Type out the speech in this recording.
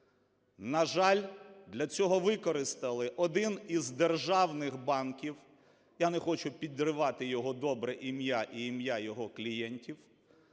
На жаль, для цього використали один із державних банків, я не хочу підривати його добре ім'я і ім'я його клієнтів.